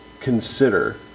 consider